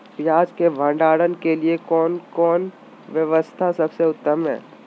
पियाज़ के भंडारण के लिए कौन व्यवस्था सबसे उत्तम है?